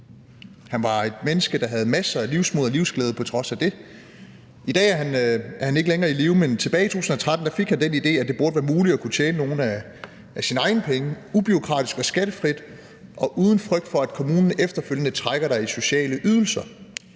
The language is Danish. Han var et menneske, der havde masser af livsmod og livsglæde på trods af det. I dag er han ikke længere i live, men tilbage i 2013 fik han den idé, at det burde være muligt at kunne tjene nogle af sine egne penge ubureaukratisk, skattefrit og uden frygt for, at kommunen efterfølgende trækker en i sociale ydelser.